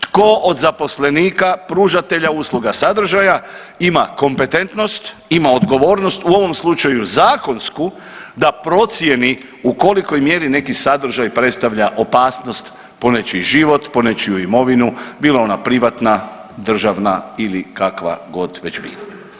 Tko od zaposlenika pružatelja usluga sadržaja ima kompetentnost, ima odgovornost u ovom slučaju zakonsku da procijeni u kolikoj mjeri neki sadržaj predstavlja opasnost po nečiji život, po nečiju imovinu bilo ona privatna, državna ili kakva god već bila.